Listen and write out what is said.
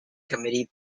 committee